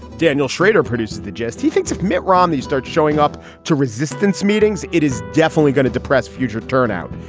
daniel schrader produced the gist. he thinks if mitt romney starts showing up to resistance meetings, it is definitely going to depress future turnout.